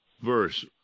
verse